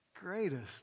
greatest